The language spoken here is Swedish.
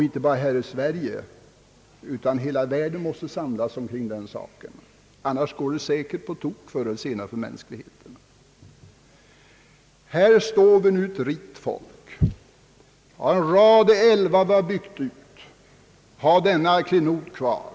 Inte bara vi här i Sverige, utan hela världen måste samlas kring den saken, annars går det säkert på tok förr eller senare för mänskligheten. Här står vi nu, ett rikt folk. En rad älvar har vi byggt ut och har denna klenod kvar.